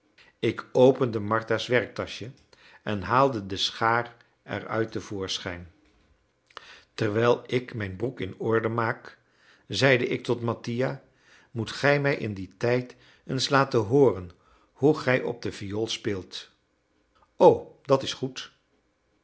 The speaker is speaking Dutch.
ik opende martha's werktaschje en haalde de schaar eruit te voorschijn terwijl ik mijn broek in orde maak zeide ik tot mattia moet gij mij in dien tijd eens laten hooren hoe gij op de viool speelt o dat is goed